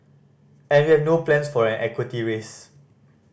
and we have no plans for an equity raise